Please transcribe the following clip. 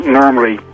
normally